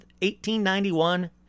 1891